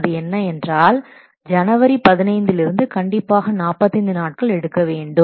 அது என்ன என்றால் ஜனவரி 15ல் இருந்து கண்டிப்பாக 45 நாட்கள் எடுக்க வேண்டும்